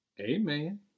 Amen